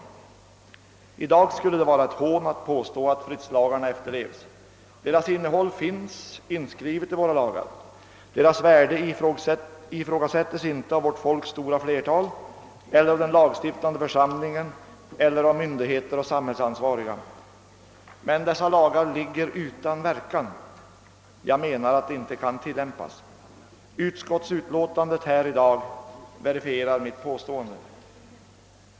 Men i dag skulle det vara ett hån att påstå att fridslagarna efterlevs. Deras innehåll finns inskrivet i våra lagar, deras värde ifrågasättes icke av vårt folks stora flertal eller av den lagstiftande församlingen eller av myndigheter och samhällsansvariga — men lagarna ligger utan verkan. Jag menar att de inte kan tilllämpas. Det utskottsutlåtande som vi nu behandlar verifierar mitt påstående.